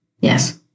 Yes